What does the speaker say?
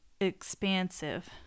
expansive